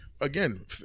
again